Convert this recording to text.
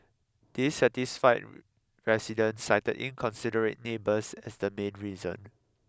dissatisfied residents cited inconsiderate neighbours as the main reason